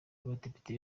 abadepite